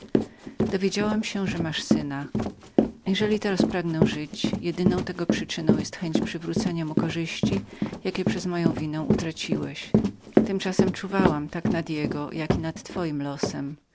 dowiedziałam się że masz syna teraz jeżeli pragnę żyć jedyną tego przyczyną jest chęć powrócenia mu korzyści jakie przez moją winę utraciłeś pomimo to czuwałam tak nad jego jako i nad twoim losem